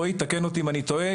רועי תקן אותי אם אני טועה,